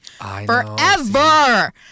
forever